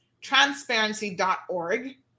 transparency.org